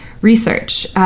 research